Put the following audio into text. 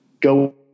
go